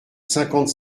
cinquante